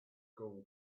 school